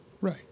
Right